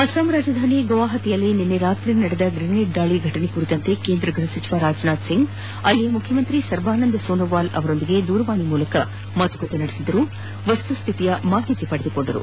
ಆಸಾಂ ರಾಜಧಾನಿ ಗೌವಾಹತಿಯಲ್ಲಿ ನಿನ್ನೆ ರಾತ್ರಿ ನಡೆದ ಗ್ರೆನೇಡ್ ದಾಳಿ ಘಟನೆ ಕುರಿತಂತೆ ಕೇಂದ್ರ ಗ್ಬಹ ಸಚಿವ ರಾಜನಾಥ್ ಸಿಂಗ್ ಅವರು ಮುಖ್ಯಮಂತ್ರಿ ಸರ್ಬಾನಂದ್ ಸೋನೋವಾಲ್ ಅವರೊಂದಿಗೆ ದೂರವಾಣಿಯ ಮೂಲಕ ಮಾತುಕತೆ ನಡೆಸಿ ವಸ್ತುಸ್ಥಿತಿಯ ಮಾಹಿತಿ ಪಡೆದರು